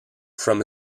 from